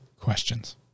questions